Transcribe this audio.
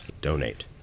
donate